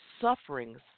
sufferings